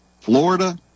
Florida